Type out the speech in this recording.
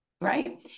right